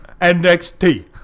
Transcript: NXT